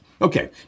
Okay